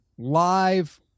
live